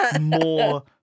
more